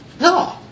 No